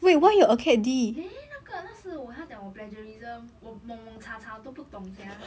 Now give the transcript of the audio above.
是啊 neh 那个那时我他讲我 plagiarism 我懵懵嚓嚓都不懂 sia